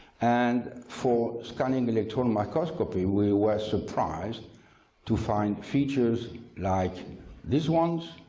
and for scanning electron microscopy we were surprised to find features like this ones.